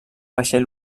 vaixell